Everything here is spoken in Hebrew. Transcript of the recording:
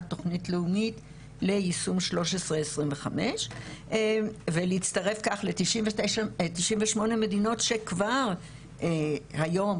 תוכנית לאומית ליישום 1325 ולהצטרף כך ל-98 מדינות שכבר היום